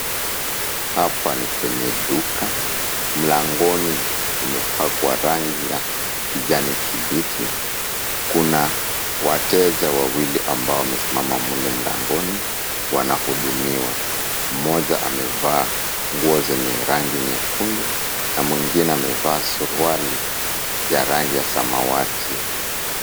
Hapa ni kwenye duka. Mlangoni kumepakwa rangi ya kijani kibichi. Kuna wateja wawili ambao wamesimama mle mlangoni, wanahudumiwa. Mmoja amevaa nguo zenye rangi nyekundu, na mwingine amevaa suruali ya rangi ya samawati.